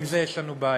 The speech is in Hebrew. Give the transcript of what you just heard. עם זה יש לנו בעיה.